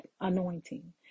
anointing